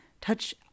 Touch